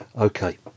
Okay